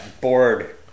bored